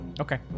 Okay